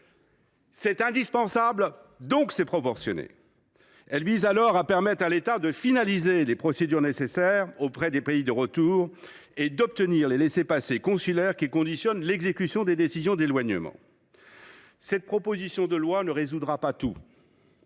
c’est indispensable, donc c’est proportionné ! La rétention administrative vise à permettre à l’État de finaliser les procédures nécessaires auprès des pays de retour et d’obtenir les laissez passer consulaires qui conditionnent l’exécution des décisions d’éloignement. Cette proposition de loi ne résoudra pas tout,